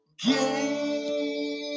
game